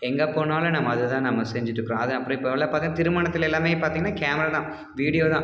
எங்கே போனாலும் நம்ம அது தான் நம்ம செஞ்சுட்டு இருக்கிறோம் அதை அப்படியே பல பக்கம் திருமணத்தில் எல்லாமே பார்த்தீங்கனா கேமரா தான் வீடியோ தான்